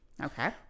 Okay